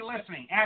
listening